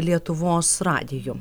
lietuvos radiju